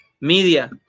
media